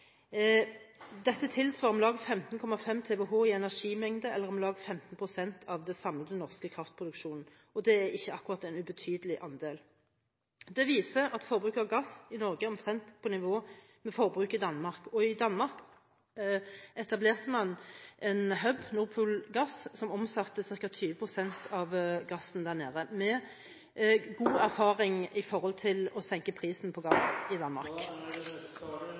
Dette tilsvarer om lag 15,5 TWh i energimengde eller om lag 15 pst. av den samlede norske kraftproduksjonen, og det er ikke akkurat en ubetydelig andel. Dette viser at forbruket av gass i Norge er omtrent på nivå med forbruket i Danmark. I Danmark etablerte man en «hub», Nord Pool Gas, som omsetter ca. 20 pst. av gassen der nede, med god erfaring i å senke prisen på gass i Danmark.